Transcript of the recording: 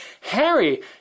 Harry